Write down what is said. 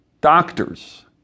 doctors